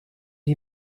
die